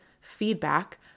feedback